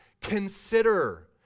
Consider